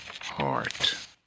heart